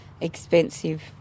expensive